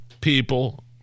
people